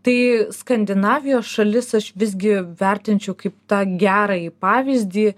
tai skandinavijos šalis aš visgi vertinčiau kaip tą gerąjį pavyzdį